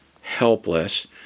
helpless